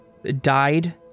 died